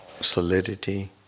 solidity